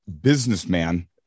businessman